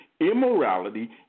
immorality